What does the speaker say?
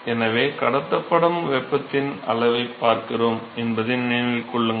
எனவே கடத்தப்படும் வெப்பத்தின் அளவைப் பார்க்கிறோம் என்பதை நினைவில் கொள்ளுங்கள்